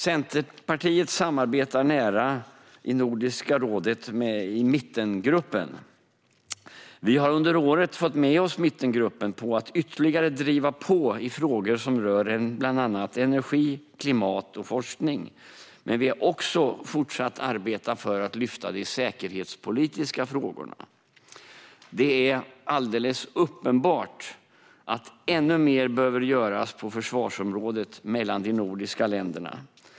Centerpartiet har ett nära samarbete i Nordiska rådet med mittengruppen. Vi har under året fått med oss mittengruppen på att ytterligare driva på i frågor som rör bland annat energi, klimat och forskning, men vi har också fortsatt att arbeta för att lyfta upp de säkerhetspolitiska frågorna. Det är alldeles uppenbart att ännu mer behöver göras på försvarsområdet mellan de nordiska länderna.